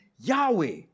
Yahweh